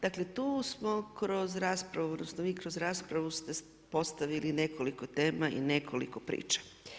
Dakle tu smo kroz raspravu, odnosno vi kroz raspravu ste postavili nekoliko tema i nekoliko priča.